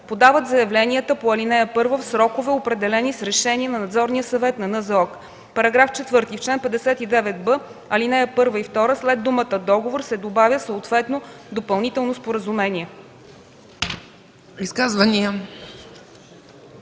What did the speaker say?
подават заявленията по ал. 1 в срокове, определени с решение на Надзорния съвет на НЗОК.” § 4. В чл. 59б, ал. 1 и 2 след думата „договор” се добавя „съответно допълнително споразумение”.”